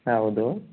ಹಾಂ ಹೌದು